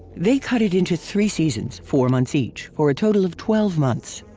they cut it into three seasons, four months each, for a total of twelve months.